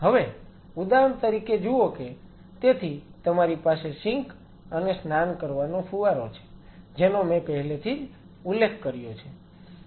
હવે ઉદાહરણ તરીકે જુઓ કે તેથી તમારી પાસે સિંક અને સ્નાન કરવાનો ફુવારો છે જેનો મેં પહેલેથી જ ઉલ્લેખ કર્યો છે